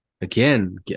again